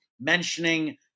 mentioning